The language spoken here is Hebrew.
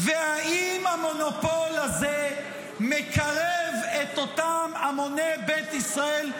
והאם המונופול הזה מקרב את אותם המוני בית ישראל,